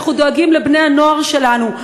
אנחנו דואגים לבני-הנוער שלנו,